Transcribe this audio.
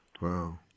Wow